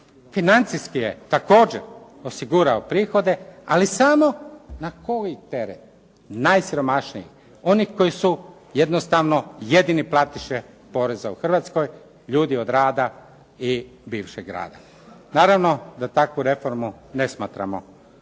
Financijski je također osigurao prihode, ali samo na koji teret, najsiromašnijih, onih koji su jednostavno jedini platiše poreza u Hrvatskoj, ljudi od rada i bivšeg rada. Naravno da takvu reformu ne smatramo